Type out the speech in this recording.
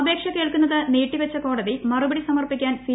അപേക്ഷ കേൾക്കുന്നത് നീട്ടിവച്ച കോടതി മറുപടി സമർപ്പിക്കാൻ സി